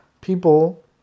People